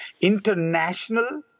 international